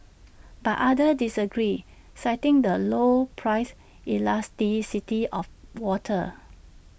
but others disagree citing the low price elasticity of water